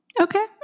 Okay